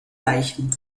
leichen